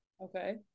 okay